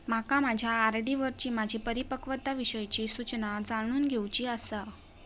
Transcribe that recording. माका माझ्या आर.डी वरची माझी परिपक्वता विषयची सूचना जाणून घेवुची आसा